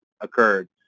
occurred